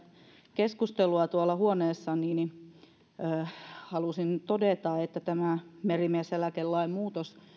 keskustelua tuolla huoneessani niin halusin todeta että tämä merimieseläkelain muutos